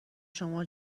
شما